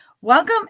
Welcome